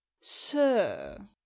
sir